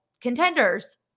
contenders